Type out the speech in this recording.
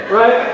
right